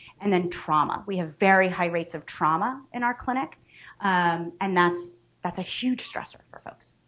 and then trauma. we have very high rates of trauma in our clinic and that's that's a huge stressor for folks.